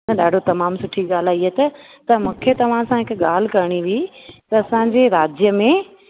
त ॾाढो तमामु सुठी ॻाल्हि आहे हीअ त त मूंखे तव्हां सां हिकु ॻाल्हि करिणी हुई त असांजे राज्य में